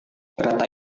kereta